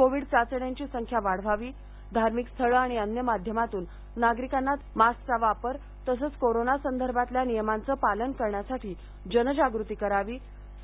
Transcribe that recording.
Covid चाचण्यांची संख्या वाढवावी धार्मिक स्थळे आणि अन्य माध्यमातून नागरिकांना मास्कचा वापर आणि कोरोना संदर्भातल्या नियमांचं पालन करण्यासाठी जनजागृती करावी